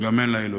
גם אין לה אלוהים,